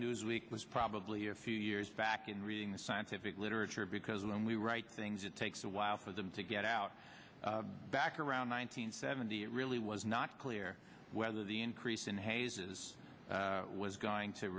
newsweek was probably a few years back in reading the scientific literature because when we write things it takes a while for them to get out back around one nine hundred seventy it really was not clear whether the increase in hayes's was going to